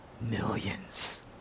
millions